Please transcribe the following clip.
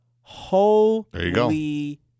Holy